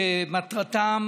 שמטרתם,